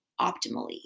optimally